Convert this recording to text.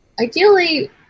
ideally